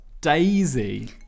Daisy